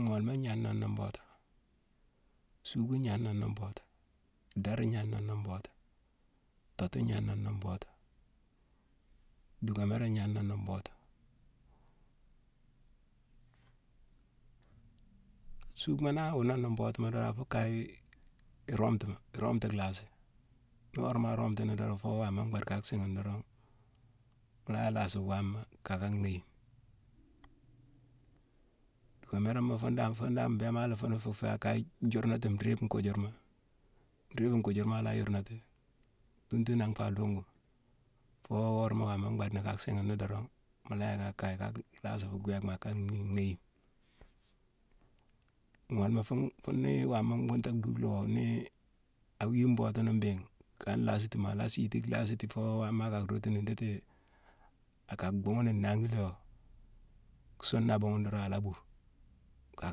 Ngholema gnan noné mbootu; suugma gnan noné mbootuma; darma gnan noné mbootu; tootu gnan noné mbootu; duuckamérama gnan noné mbootu. Suugma naa wo noné mbootuma dorong, a fu kaye iromtuma; iromtu lhasi. Ni worama aromtini dorong fo waama mbhaade ka siighine dorong, mu la yick a lasi wama ka ka nhéyine. Duuckamérama fune dan fune dan mbéma laghi fune fuu fé kaye jurnatime nriibe hunkujurma; nriibe hunkujurma a la yurnati, tuntu nangh fa lunguma. Foo worama waama mbhaade ni ka siighine dorong, mu la yick a kaye ka lhaasi fu gwéghma ka nhéyine. Ngolema fune fune ni wama mbhunta dhuugh wo, nii a wii mbootu nune mbééghine ka nlaasitima, a la siiti, lhaasiti fo woma aka rootu ni nditi: aka bhunghune nnanghi lé wo, suuna a buughune dorong, a la buu; ka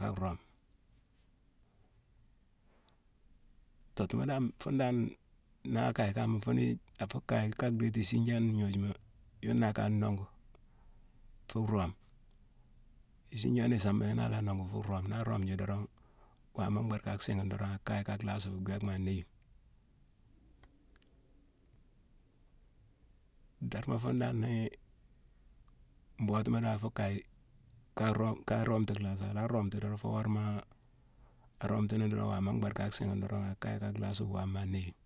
ka roome. Tootuma dan fune dan nangh a kaye kama, fo nii a fu kaye ka dhéti: isijaane gnojuma, yuna aka nongu fuu roome. Isijane isama yuna a la nongu fuu roome. Naa roomji dorong, wama mbhaade ka siighine dorong, a kaye ka lhasi fu gwéghma a néyine. Darma fune nii mbootuma la a fu kaye ka-room-ka roomtu lhaasi. A la roomtu dorong fo worama aromtini dorong, wama mbhaade ka siighine dorong a kaye ka lhassi wama a néyine.